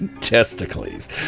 Testicles